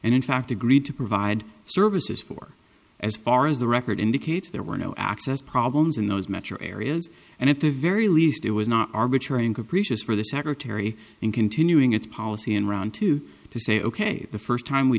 and in fact agreed to provide services for as far as the record indicates there were no access problems in those metro areas and at the very least it was not arbitrary and capricious for the secretary in continuing its policy in round two to say ok the first time we